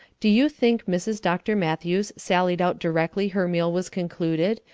do you think mrs. dr. matthews sallied out directly her meal was concluded,